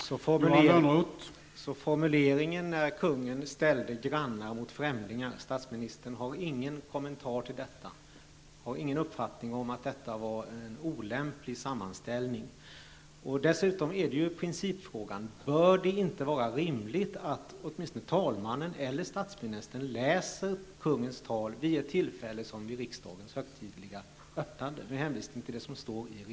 Herr talman! Så statsministern har ingen kommentar till formuleringen där kungen ställde grannar mot främlingar? Statsministern har ingen uppfattning om att detta var en olämplig sammanställning? Dessutom gäller detta principfrågan: Bör det inte, med hänvisning till det som står i regeringsformen, vara rimligt att åtminstone talmannen eller statsministern läser kungens tal vid ett tillfälle som riksdagens högtidliga öppnande?